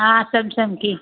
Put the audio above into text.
हाँ समसम की